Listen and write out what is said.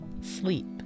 sleep